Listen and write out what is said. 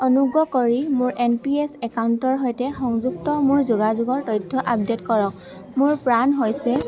অনুগ্ৰহ কৰি মোৰ এন পি এছ একাউণ্টৰ সৈতে সংযুক্ত মোৰ যোগাযোগৰ তথ্য আপডে'ট কৰক মোৰ প্ৰাণ হৈছে